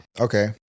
Okay